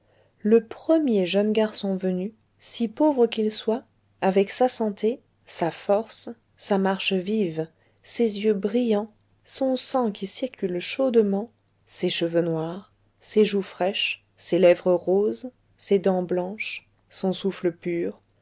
le premier jeune garçon venu si pauvre qu'il soit avec sa santé sa force sa marche vive ses yeux brillants son sang qui circule chaudement ses cheveux noirs ses joues fraîches ses lèvres roses ses dents blanches son souffle pur